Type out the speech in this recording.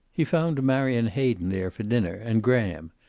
he found marion hayden there for dinner, and graham,